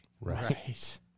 Right